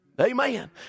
Amen